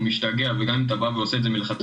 הוא משתגע וגם אם אתה בא ועושה את זה מלכתחילה,